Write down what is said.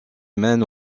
mène